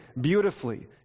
beautifully